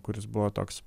kuris buvo toks